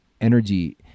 energy